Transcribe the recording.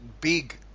big